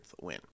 win